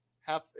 Half